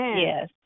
yes